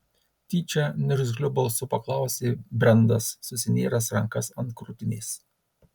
tyčia niurgzliu balsu paklausė brendas susinėręs rankas ant krūtinės